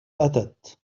أتت